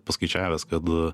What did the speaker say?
paskaičiavęs kad